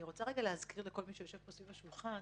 ואני רוצה להזכיר לכל היושבים פה סביב השולחן